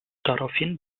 daraufhin